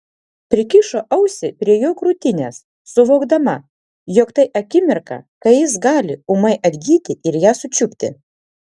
prikišo ausį prie jo krūtinės suvokdama jog tai akimirka kai jis gali ūmai atgyti ir ją sučiupti